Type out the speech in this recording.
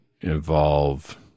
involve